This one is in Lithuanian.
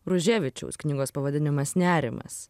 ruževičiaus knygos pavadinimas nerimas